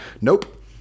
Nope